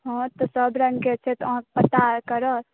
हॅं सभ रङ्गके छै ई अहाँके पता यऽ